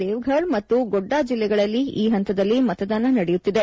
ದೇವ್ಫರ್ ಮತ್ತು ಗೊಡ್ಲಾ ಜಿಲ್ಲೆಗಳಲ್ಲಿ ಈ ಹಂತದಲ್ಲಿ ಮತದಾನ ನಡೆಯುತ್ತಿದೆ